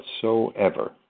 whatsoever